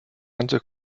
ganze